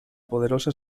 poderosa